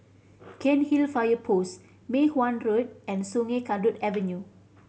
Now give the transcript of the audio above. Cairnhill Fire Post Mei Hwan Road and Sungei Kadut Avenue